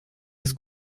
des